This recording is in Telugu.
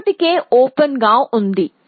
ఇప్పటికే ఓపెన్ గా ఉంది